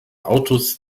autos